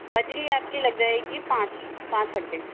बजरी आपकी लग जाएगी पाँच पाँच कट्टे